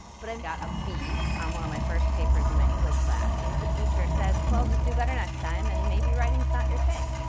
but i've got a b on one of my first papers in my english class. and and the teacher said, well, just do better next time, and maybe writing is not your thing.